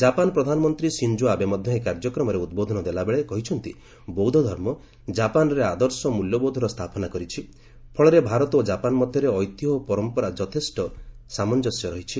Japan ପ୍ରଧାନମନ୍ତ୍ରୀ Shinzo Abe ମଧ୍ୟ ଏହି କାର୍ଯ୍ୟକ୍ରମରେ ଉଦ୍ବୋଧନ ଦେଲାବେଳେ କହିଛନ୍ତି ବୌଦ୍ଧ ଧର୍ମ ଜାପାନ୍ରେ ଆଦର୍ଶ ମୂଲ୍ୟବୋଧର ସ୍ଥାପନା କରିଛି ଫଳରେ ଭାରତ ଓ ଜାପାନ୍ ମଧ୍ୟରେ ଐତିହ୍ୟ ଓ ପରମ୍ପରା ଯଥେଷ୍ଟ ସାମଞ୍ଜସ୍ୟ ରହିଛି